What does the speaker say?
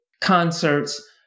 concerts